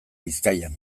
bizkaian